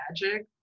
magic